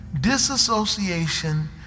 Disassociation